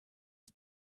his